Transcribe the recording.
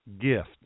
gift